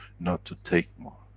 not to take more.